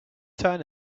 turn